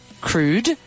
crude